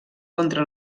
contra